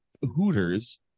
Hooters